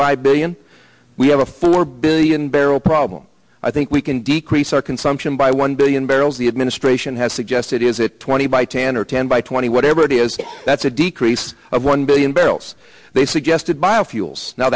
five billion we have a four billion barrel problem i think we can decrease our consumption by one billion barrels the administration has suggested is it twenty by tan or ten by twenty whatever it is that's a decrease of one billion barrels they suggested